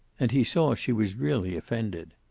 and he saw she was really offended.